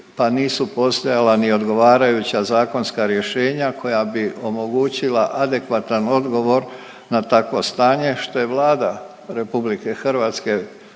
pa nisu postojala ni odgovarajuća zakonska rješenja koja bi omogućila adekvatan odgovor na takvo stanje što je Vlada RH odmah